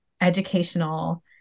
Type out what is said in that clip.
educational